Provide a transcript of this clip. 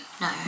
No